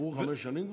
עברו חמש שנים כבר?